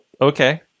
Okay